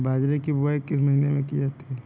बाजरे की बुवाई किस महीने में की जाती है?